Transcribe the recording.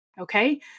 okay